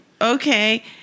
okay